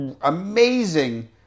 amazing